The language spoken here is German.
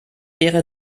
wäre